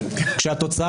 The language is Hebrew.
כאשר הצבא